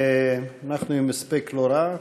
אנחנו עם הספק לא רע,